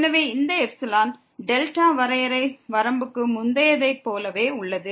எனவே இந்த epsilon delta வரையறை வரம்புக்கு முந்தையதைப் போலவே உள்ளது